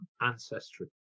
ancestry